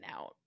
out